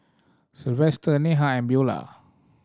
Silvester Neha and Beula